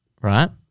Right